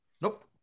Nope